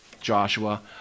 Joshua